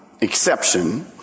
exception